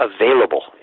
available